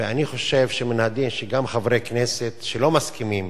ואני חושב שמן הדין שגם חברי כנסת שלא מסכימים